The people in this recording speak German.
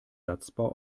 satzbau